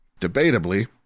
debatably